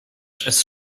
przez